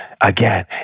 Again